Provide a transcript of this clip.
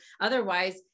otherwise